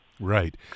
Right